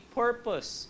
purpose